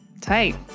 tight